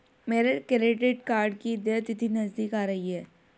मेरे credit card की देय तिथि नज़दीक आ रही है